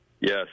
Yes